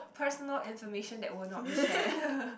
personal information that will not be shared